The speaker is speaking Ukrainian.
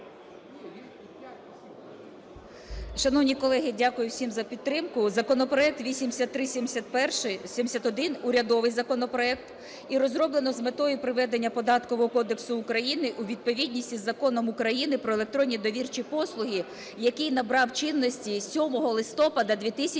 Шановні колеги, дякую всім за підтримку. Законопроект 8371, урядовий законопроект і розроблено з метою приведення Податкового кодексу України у відповідність із Законом України "Про електронні довірчі послуги", який набрав чинності із 7 листопада 2018 року.